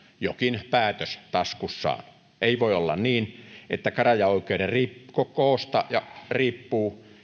jokin päätös taskussaan ei voi olla niin että käräjäoikeuden koosta ja sijainnista riippuu